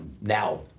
now